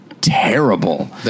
terrible